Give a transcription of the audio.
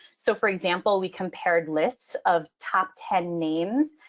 so, for example, we compared lists of top ten names,